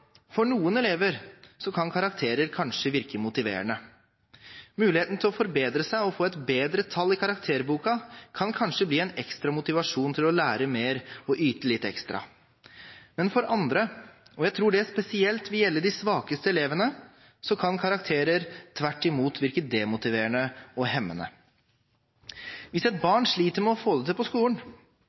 For noen elever kan karakterer kanskje virke motiverende. Muligheten til å forbedre seg og få et bedre tall i karakterboken kan kanskje bli en ekstra motivasjon for å lære mer og yte litt ekstra. Men for andre – jeg tror det spesielt vil gjelde de svakeste elevene – kan karakterer tvert imot virke demotiverende og hemmende. Hvis et barn sliter med å få det til på skolen,